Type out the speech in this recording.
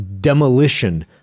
demolition